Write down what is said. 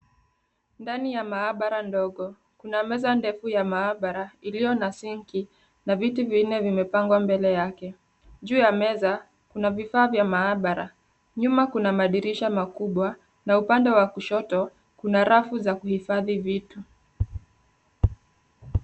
Ndani ya maabara ndogo, kuna meza ndefu ya maabara, iliyo na sink na viti vinne vimepangwa mbele yake. Juu ya meza kuna vifaa vya maabara. Nyuma kuna madirisha makubwa na upande wa kushoto, kuna rafu za kuhifadhi vitu.